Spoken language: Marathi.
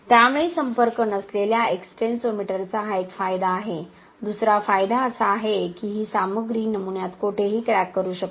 त्यामुळे संपर्क नसलेल्या एक्स्टेन्सोमीटरचा हा एक फायदा आहे दुसरा फायदा असा आहे की ही सामग्री नमुन्यात कुठेही क्रॅक करू शकते